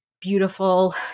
beautiful